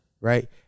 Right